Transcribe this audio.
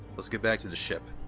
let's get back to the ship.